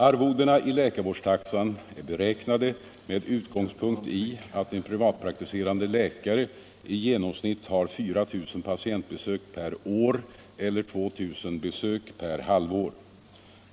Arvodena i läkarvårdstaxan är beräknade med utgångspunkt i att en privatpraktiserande läkare i genomsnitt har 4 000 patientbesök per år eller 2000 besök per halvår.